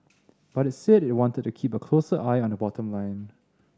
but it's said it wanted to keep a closer eye on the bottom line